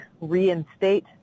reinstate